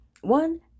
One